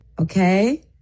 Okay